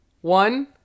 One